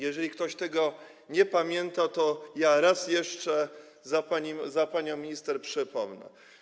Jeżeli ktoś tego nie pamięta, to ja raz jeszcze, za panią minister, to przypomnę.